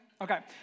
Okay